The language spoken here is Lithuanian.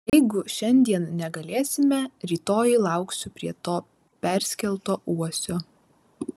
jeigu šiandien negalėsime rytoj lauksiu prie to perskelto uosio